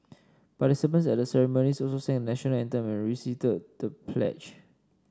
participants at the ceremonies also sang the National Anthem and recited the pledge